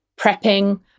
prepping